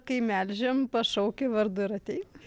kai melžiam pašauki vardu ir ateina